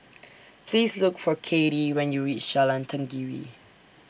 Please Look For Kathey when YOU REACH Jalan Tenggiri